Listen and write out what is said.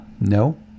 No